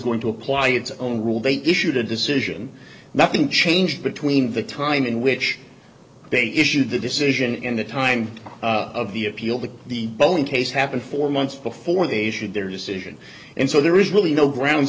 going to apply its own rule they issued a decision nothing changed between the time in which they issued the decision and the time of the appeal to the boeing case happened four months before they should their decision and so there is really no grounds